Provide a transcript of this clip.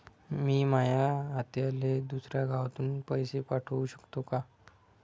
मी माया आत्याले दुसऱ्या गावातून पैसे पाठू शकतो का?